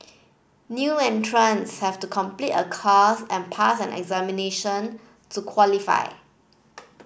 new entrants have to complete a course and pass an examination to qualify